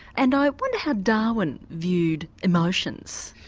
and i wonder how darwin viewed emotions?